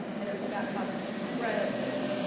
and it was about how this incredibly